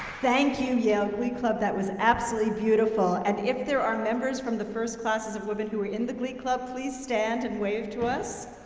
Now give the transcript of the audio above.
thank you, yale glee club. that was absolutely beautiful. and if there are members from the first classes of women who were in the glee club, please stand and wave to us.